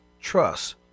trust